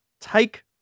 take